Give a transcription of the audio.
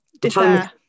Defer